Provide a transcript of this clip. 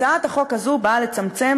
הצעת החוק הזאת באה לצמצם